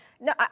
No